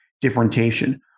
differentiation